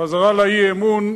חזרה לאי-אמון.